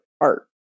art